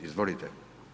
Izvolite.